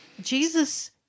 Jesus